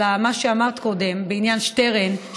על מה שאמרת קודם בעניין שטרן.